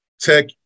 Tech